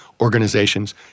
organizations